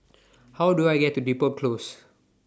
How Do I get to Depot Close